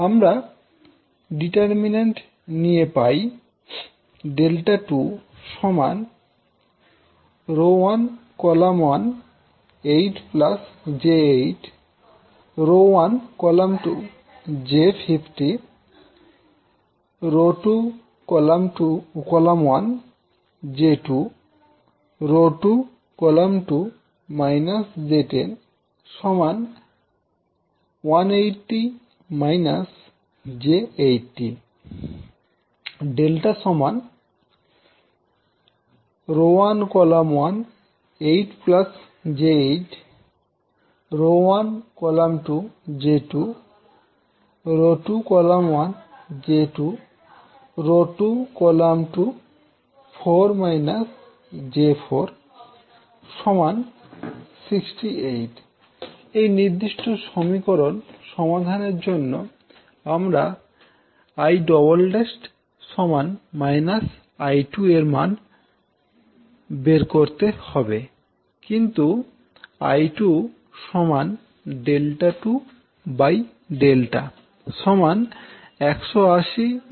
আমরা ডিটারমিনেন্ট নিয়ে পাই এই নির্দিষ্ট সমীকরণ সমাধানের জন্য আমাদের I0′′ −I2 এর মান বের করতে হবে